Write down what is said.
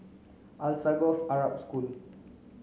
Alsagoff Arab School